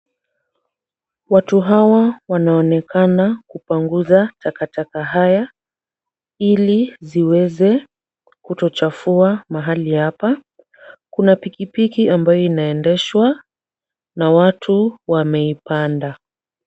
Watu hawa wanaonekana kupanguza takataka haya, ili ziweze kutochafua mahali hapa. Kuna pikipiki ambayo inaendeshwa na watu wameipanda.